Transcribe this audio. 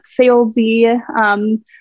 salesy